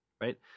Right